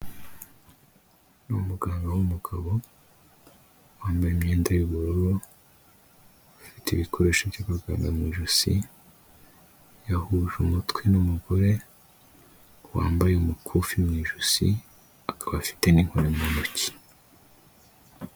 Ni umuganga w'umugabo wambaye imyenda yu'ubururu, ufite ibikoresho by'abaganga mu ijosi, yahuje umutwe n'umugore wambaye umukufi mu ijosi, akaba afite n'inkoni mu ntoki.